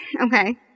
Okay